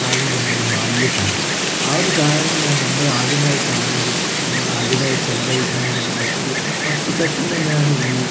കാലം തന്നെയാണ് ബാല്യകാലം ആ ഒരു കാലമാണ് നമ്മൾ ആദ്യമായി കാണുന്നതും നമ്മൾ ആദ്യമായി ചിലവഴിക്കുന്നതുമായ ഒരു ഫസ്റ്റ് ഘട്ടം തന്നെയാണ് ഈ